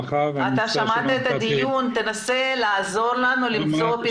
שמעת את הדיון, תנסה לעזור לנו למצוא את הפתרון.